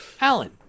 Alan